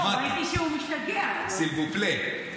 S'il vous plait.